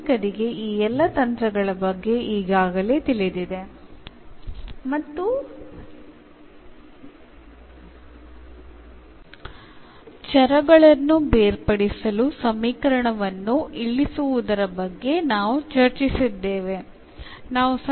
variable separable ഫോമിലേക്ക് മാറ്റിയെടുക്കാൻ കഴിയുന്ന മറ്റു സമവാക്യത്തെക്കുറിച്ചും നമ്മൾ ചർച്ചചെയ്തു